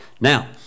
Now